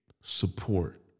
support